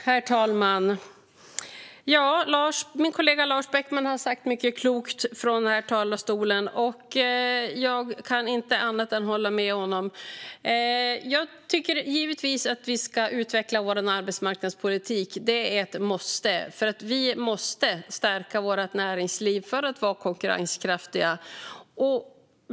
Herr talman! Min kollega Lars Beckman har sagt mycket klokt från den här talarstolen, och jag kan inte annat än hålla med honom. Jag tycker givetvis att vi ska utveckla vår arbetsmarknadspolitik. Det är ett måste, för vi måste stärka vårt näringsliv för att vara konkurrenskraftiga.